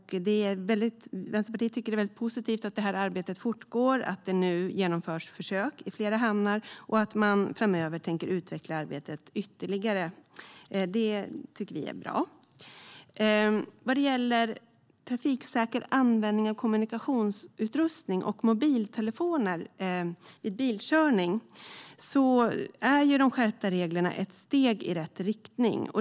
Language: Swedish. Vänsterpartiet tycker att det är positivt att arbetet fortgår, att det nu genomförs försök i flera hamnar och att man framöver tänker utveckla arbetet ytterligare. Det tycker vi är bra. Vad gäller trafiksäker användning av kommunikationsutrustning och mobiltelefoner vid bilkörning är de skärpta reglerna ett steg i rätt riktning.